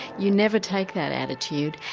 you never take that attitude.